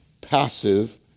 passive